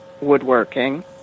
woodworking